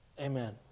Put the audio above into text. amen